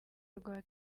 rwa